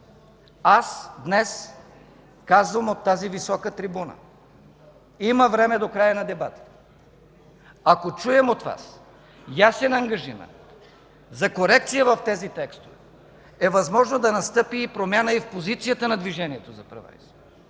аз днес казвам от тази висока трибуна: има време до края на дебатите, ако чуем от Вас ясен ангажимент за корекции в тези текстове, е възможно да настъпи и промяна в позицията на Движението за права и свободи.